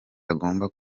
agomba